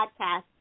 podcast